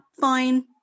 fine